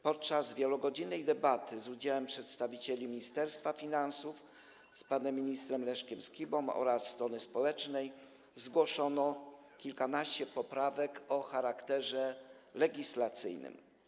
Podczas wielogodzinnej debaty z udziałem przedstawicieli Ministerstwa Finansów, pana ministra Leszka Skiby oraz strony społecznej zgłoszono kilkanaście poprawek o charakterze legislacyjnym.